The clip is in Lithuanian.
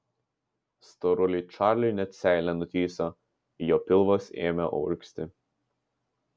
storuliui čarliui net seilė nutįso jo pilvas ėmė urgzti